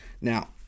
now